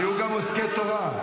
היו גם עוסקי תורה.